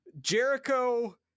Jericho